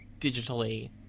digitally